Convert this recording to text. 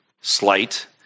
slight